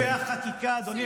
כן,